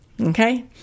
Okay